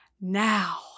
now